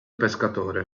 pescatore